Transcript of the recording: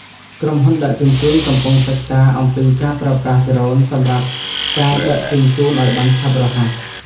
ក្រុមហ៊ុនដឹកជញ្ជូន កំពុងសិក្សាអំពីការប្រើប្រាស់ដ្រូន សម្រាប់ការដឹកជញ្ជូនឱ្យបានឆាប់រហ័ស។